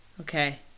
Okay